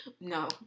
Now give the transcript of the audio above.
no